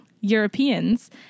Europeans